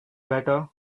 better